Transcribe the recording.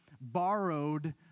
borrowed